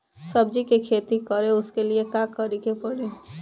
सब्जी की खेती करें उसके लिए का करिके पड़ी?